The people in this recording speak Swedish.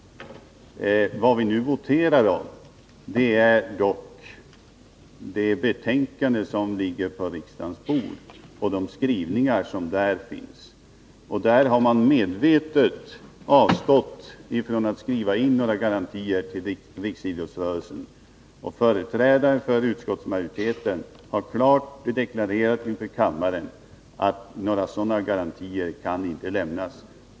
Vad vi nu skall votera om är dock förslaget i det betänkande som ligger på riksdagens bord och de skrivningar som där finns. Där har utskottsmajoriteten medvetet avstått från att skriva in några garantier till riksidrottsrörelsen. Och företrädare för utskottsmajoriteten har inför kammaren klart deklarerat att några sådana garantier inte kan lämnas.